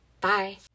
bye